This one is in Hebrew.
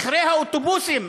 מחירי האוטובוסים,